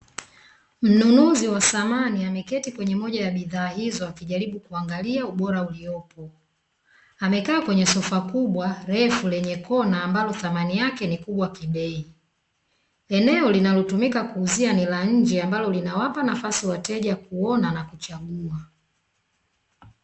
Mnunuzi wa samani ameketi kwenye moja ya bidhaa hizo akijaribu kuangalia ubora uliopo, amekaa kwenye Sofa kubwa refu lenye kona ambalo thamani yake ni kubwa kibei, eneo linalotumika kuuzia ni la nje ambalo linawapa nafasi wateja kuona na kuchagua.